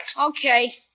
Okay